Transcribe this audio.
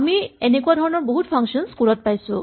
আমি এনেকুৱা ধৰণৰ বহুত ফাংচন স্কুল ত পাইছো